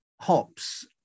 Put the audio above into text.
Hops